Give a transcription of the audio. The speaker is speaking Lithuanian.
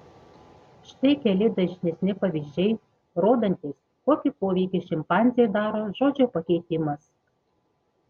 štai keli dažnesni pavyzdžiai rodantys kokį poveikį šimpanzei daro žodžio pakeitimas